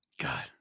God